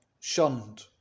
shunned